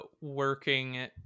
working